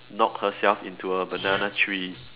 knock herself into a banana tree